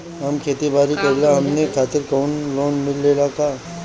हम खेती बारी करिला हमनि खातिर कउनो लोन मिले ला का?